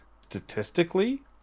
statistically